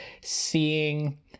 seeing